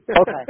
Okay